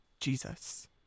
Jesus